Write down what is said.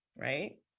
Right